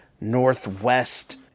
Northwest